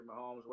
Mahomes